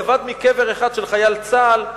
לבד מקבר אחד של חייל צה"ל,